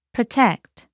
Protect